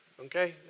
okay